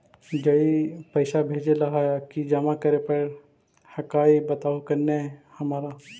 जड़ी पैसा भेजे ला और की जमा करे पर हक्काई बताहु करने हमारा?